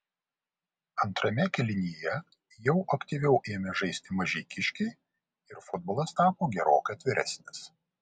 antrame kėlinyje jau aktyviau ėmė žaisti mažeikiškiai ir futbolas tapo gerokai atviresnis